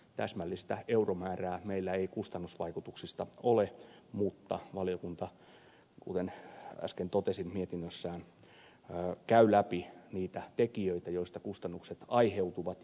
täsmällistä euromäärää meillä ei kustannusvaikutuksista ole mutta valiokunta kuten äsken totesin mietinnössään käy läpi niitä tekijöitä joista kustannukset aiheutuvat